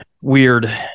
weird